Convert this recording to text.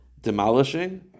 Demolishing